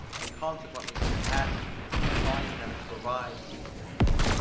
and consequently to the passions, which inclined them to provide for these wants.